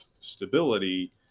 stability